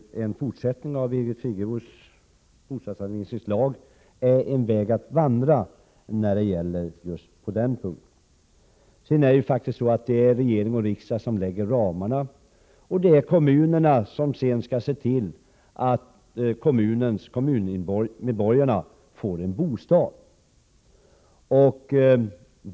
En fortsättning på Birgit Friggebos bostadsanvisningslag kan vara en väg att vandra. Det är faktiskt regering och riksdag som lägger fast ramarna och kommunerna som sedan skall se till att kommunmedborgarna får en bostad.